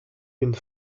une